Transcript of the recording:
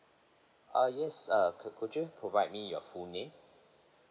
uh yes uh could could you provide me your full name